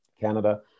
Canada